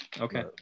Okay